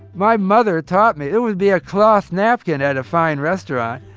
my mother taught me it would be a cloth napkin at a fine restaurant.